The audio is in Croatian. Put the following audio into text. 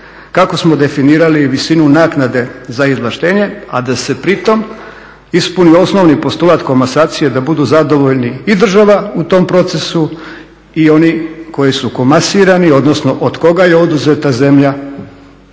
kako smo definirali visinu naknade na izvlaštenje, a da se pritom ispuni osnovni postulat komasacije da budu zadovoljni i država u tom procesu i oni koji su komasirani, odnosno od koga je oduzeta zemlja